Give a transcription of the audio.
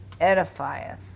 edifieth